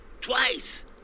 Twice